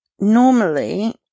Normally